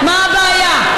מה הבעיה?